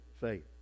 faith